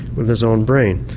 with his own brain.